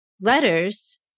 letters